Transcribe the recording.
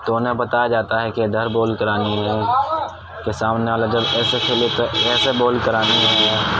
تو انہیں بتایا جاتا ہے کہ ادھر بال کرانی ہے کہ سامنے والا جب ایسے کھیلے تو ایسے بال کرانی ہے